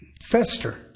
fester